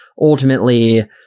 Ultimately